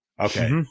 Okay